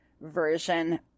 version